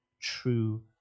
true